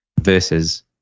versus